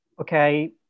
Okay